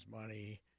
money